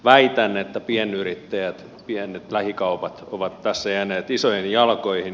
väitän että pienyrittäjät pienet lähikaupat ovat tässä jääneet isojen jalkoihin